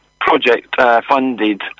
project-funded